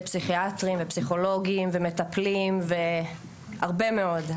פסיכיאטרים ופסיכולוגים ומטפלים והרבה מאוד.